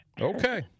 Okay